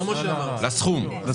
על הסכום.